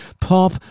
pop